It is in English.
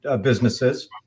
businesses